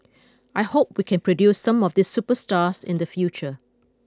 I hope we can produce some of these superstars in the future